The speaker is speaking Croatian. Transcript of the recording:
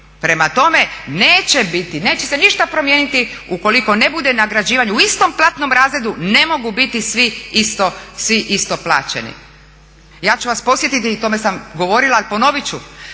prema tome neće biti, neće se ništa promijeniti ukoliko ne bude nagrađivanje u istom platnom razredu ne mogu biti svi isto plaćeni. Ja ću vas podsjetiti i tome sam govorila, ali ponovit ću